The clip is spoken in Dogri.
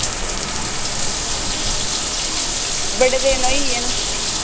बड़े दिन होइये न